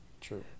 true